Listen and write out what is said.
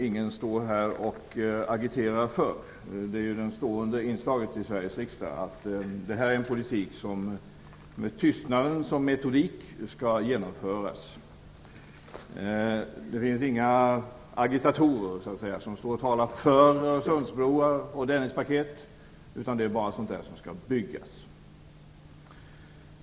Ingen står här och agerar för betongpolitiken. Det stående inslaget i Sveriges riksdag är att det här förs en politik som skall genomföras med hjälp av den tysta metoden. Det finns inga agitatorer som står och talar för Öresundsbroar och Dennispaket. Det är bara sådant som skall byggas.